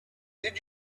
did